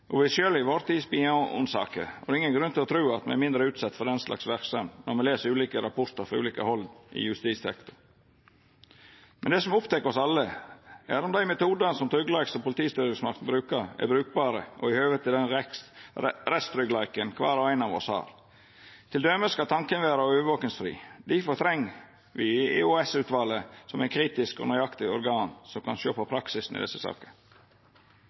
i vår tid er det spionsaker, og det er ingen grunn til å tru at me er mindre utsette for den slags verksemd når me les rapportar frå ulike hald i justissektoren. Men det som opptek oss alle, er om dei metodane som tryggleiks- og politistyresmaktene brukar, er brukbare og i høve til den rettstryggleiken kvar og ein av oss har. Til dømes skal tanken vera overvakingsfri, difor treng me EOS-utvalet som eit kritisk og nøyaktig organ som kan sjå på praksisen i desse